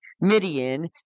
Midian